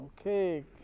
Okay